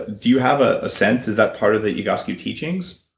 do you have ah a sense? is that part of the egoscue teachings?